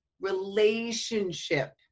relationship